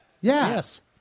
Yes